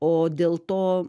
o dėl to